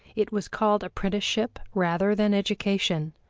it was called apprenticeship rather than education,